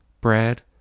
Brad